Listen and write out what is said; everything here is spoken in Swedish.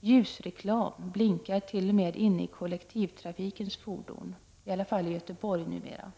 Ljusreklam blinkar t.o.m. inne i kollektivtrafikens fordon, i alla fall i Göteborg numera.